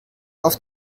auf